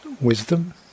wisdom